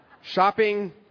shopping